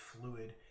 fluid